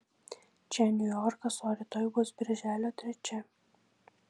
čia niujorkas o rytoj bus birželio trečia